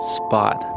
spot